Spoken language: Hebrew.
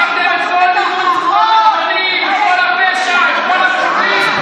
גמרתם את כל, את כל הפשע, את כל החוקים.